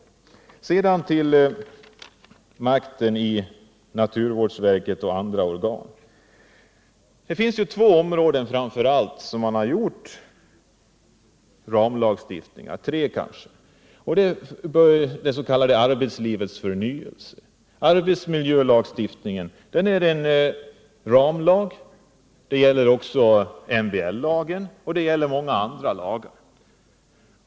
Sedan till frågan om makten i naturvårdsverket och andra organ. Det finns framför allt två områden eller kanske tre där man har en ramlagstiftning. Arbetsmiljölagen är en ramlag. Det gäller även MBL-lagen och många andra lagar.